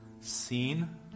seen